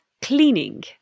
Cleaning